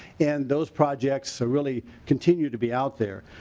and those projects so really continue to be out there.